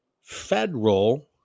federal